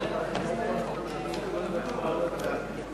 שתקבע ועדת הכנסת נתקבלה.